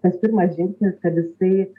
tas pirmas žingsnis kad jisai